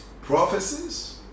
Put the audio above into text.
prophecies